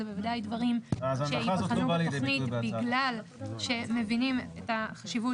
זה בוודאי דברים שייבחנו בתוכנית בגלל שמבינים את החשיבות